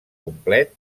complet